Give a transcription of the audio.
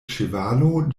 ĉevalo